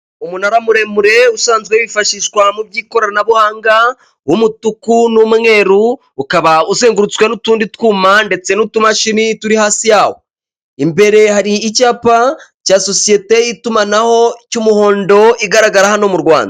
Umunara muremure usanzwe wifashishwa mu by'ikoranabuhanga w'umutuku n'umweru, ukaba uzengurutswe n'utundi twuma ndetse n'utu mashini turi hasi yawo, imbere hari icyapa cya sosiyete y'itumanaho cy'umuhondo igaragara hano mu Rwanda.